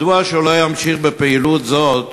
מדוע שהוא לא ימשיך בפעילות זו,